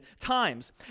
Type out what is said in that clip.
times